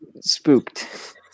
spooked